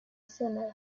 similar